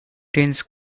dense